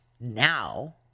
now